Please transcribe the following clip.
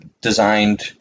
designed